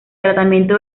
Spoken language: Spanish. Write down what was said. tratamiento